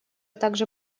также